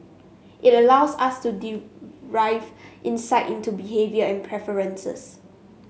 it allows us to derive insight into behaviour and preferences